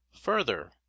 Further